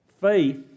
Faith